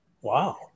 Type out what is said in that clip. Wow